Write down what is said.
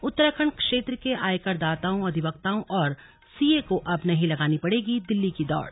उत्तराखंड क्षेत्र के आयकरदाताओं अधिवक्ताओं और सीए को अब नहीं लगानी पड़ेगी दिल्ली की दौड